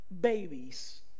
babies